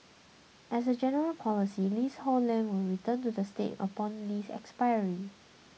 as a general policy leasehold land will return to the state upon lease expiry